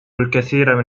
الكثير